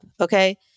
Okay